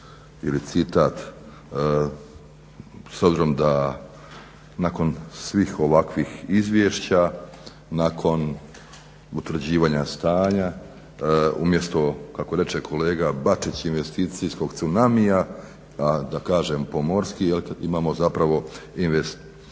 ili citat s obzirom da nakon svih ovakvih izvješća, nakon utvrđivanja stanja umjesto kako reče kolega Bačić investicijskog tsunamija, a da kažem pomorski jel' imamo zapravo investicijsku